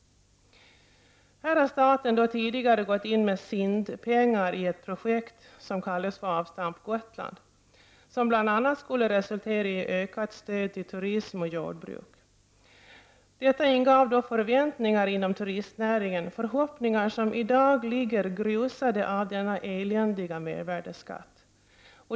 Här har staten tidigare gått in med SIND-pengar i ett projekt ''Avstamp Gotland'', som bl.a. skulle resultera i ökat stöd till turism och jordbruk. Detta ingav förväntningar inom turistnäringen, förhoppningar som i dag ligger grusade av denna eländiga mervärdeskatt.